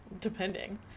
Depending